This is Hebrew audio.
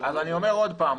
אז אני אומר עוד פעם,